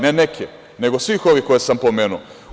Ne neke, nego sve ove koje sam pomenuo.